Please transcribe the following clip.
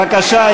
בבקשה.